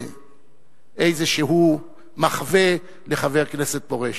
כאיזשהו מחווה לחבר כנסת פורש.